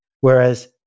Whereas